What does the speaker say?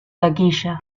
taquilla